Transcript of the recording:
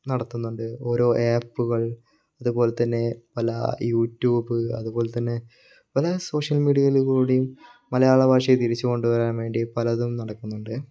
നടത്തുന്നുണ്ട് ഓരോ ഏപ്പുകൾ അതുപോലെതന്നെ പല യൂട്യൂബ് അതുപോലെതന്നെ പല സോഷ്യൽ മീഡിയയിൽ കൂടിയും മലയാളഭാഷയെ തിരിച്ചു കൊണ്ടുവരാൻ വേണ്ടി പലതും നടക്കുന്നുണ്ട്